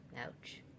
Ouch